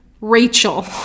Rachel